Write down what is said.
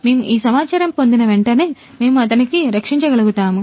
మేము ఈ సమాచారం పొందిన వెంటనే మేము అతనిని రక్షించగలుగుతాము